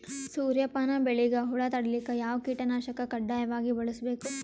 ಸೂರ್ಯಪಾನ ಬೆಳಿಗ ಹುಳ ತಡಿಲಿಕ ಯಾವ ಕೀಟನಾಶಕ ಕಡ್ಡಾಯವಾಗಿ ಬಳಸಬೇಕು?